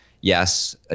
yes